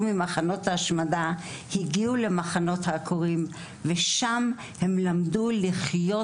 ממחנות ההשמדה הגיעו אליהם ושם הם למדו לחיות